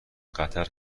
قطر